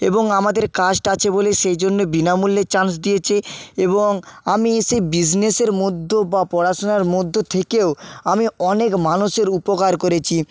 এবং আমাদের কাস্ট আছে বলে সেই জন্য বিনামূল্যে চান্স দিয়েছে এবং আমি সেই বিসনেসের মধ্য বা পড়াশোনার মধ্য থেকেও আমি অনেক মানুষের উপকার করেছি